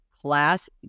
Class